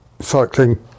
cycling